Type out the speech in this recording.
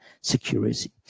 security